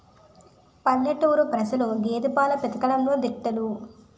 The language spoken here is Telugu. పల్లెటూరు ప్రజలు గేదె పాలు పితకడంలో దిట్టలు